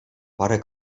parę